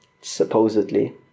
Supposedly